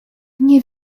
nie